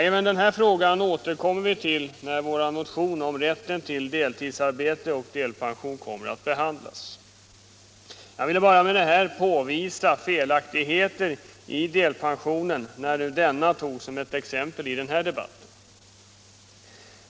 Även denna fråga återkommer vi till när vår motion om rätten till deltidsarbete och delpension skall behandlas. Jag ville bara med detta påvisa felaktigheter i delpensionen när nu denna togs som ett exempel i den här debatten.